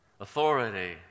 Authority